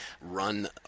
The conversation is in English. run